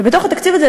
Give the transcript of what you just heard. ובתוך התקציב הזה,